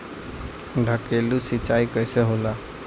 ढकेलु सिंचाई कैसे होला?